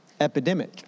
epidemic